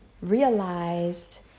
realized